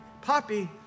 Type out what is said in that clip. Poppy